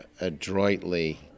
adroitly